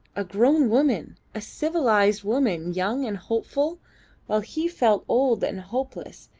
a grown woman. a civilised woman, young and hopeful while he felt old and hopeless,